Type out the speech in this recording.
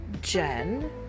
Jen